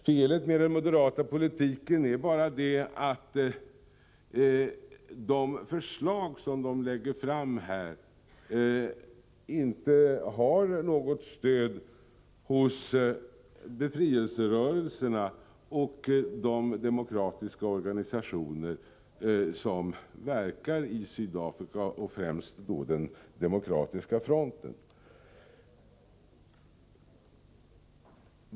Felet med den moderata politiken är bara att de förslag som moderaterna lägger fram här inte har något stöd hos befrielserörelserna och de demokratiska organisationer som verkar i Sydafrika, främst då Demokratiska fronten.